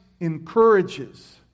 encourages